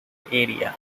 area